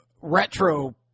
retro